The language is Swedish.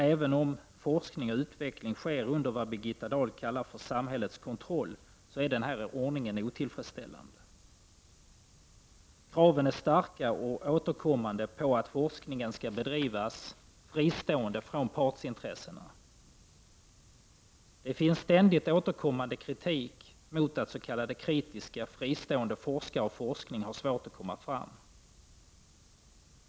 Även om forskning och utveckling sker under vad Birgitta Dahl kallar samhällets kontroll är ordningen otillfredsställande. Kraven är starka och återkommande på att forskningen skall bedrivas fristående från partsintressena. Det finns en ständigt återkommande kritik mot att s.k. kritiska, fristående forskare och forskning har svårt att komma fram.